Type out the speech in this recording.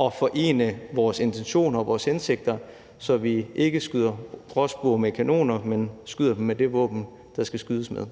at forene vores intentioner og vores hensigter, så vi ikke skyder gråspurve med kanoner, men skyder dem med det våben, der skal skydes med.